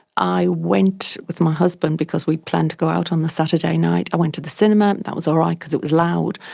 i went with my husband, because we planned to go out on the saturday night, i went to the cinema, and that was all right because it was loud,